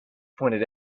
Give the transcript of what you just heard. pointed